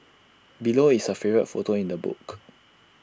below is her favourite photo in the book